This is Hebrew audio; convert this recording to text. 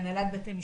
והנהלת בתי המשפט,